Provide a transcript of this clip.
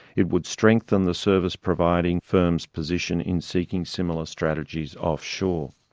it would strengthen the service providing firms' position in seeking similar strategies offshore.